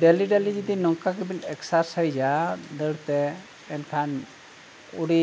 daily ᱰᱮᱞᱤ ᱡᱩᱫᱤ ᱱᱚᱝᱠᱟ ᱜᱮᱵᱤᱱ ᱮᱠᱥᱟᱨᱥᱟᱭᱤᱡᱟ ᱫᱟᱹᱲ ᱛᱮ ᱮᱱᱠᱷᱟᱱ ᱟᱹᱰᱤ